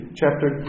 chapter